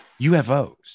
UFOs